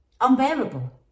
unbearable